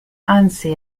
anzi